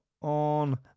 on